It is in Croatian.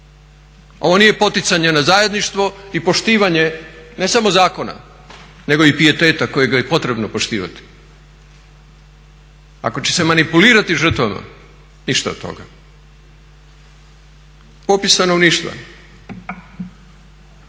ovo nije poticanje na zajedništvo i poštivanje ne samo zakona nego i pijeteta kojeg je potrebno poštivati. Ako će se manipulirati žrtvama ništa od toga. Popis stanovništva